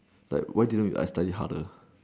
like why didn't I study harder